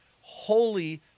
holy